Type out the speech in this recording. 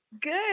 Good